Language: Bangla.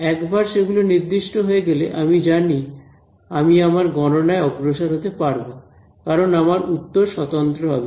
একবার সেগুলো নির্দিষ্ট হয়ে গেলে আমি জানি আমি আমার গণনায় অগ্রসর হতে পারবো কারন আমার উত্তর স্বতন্ত্র হবে